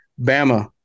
Bama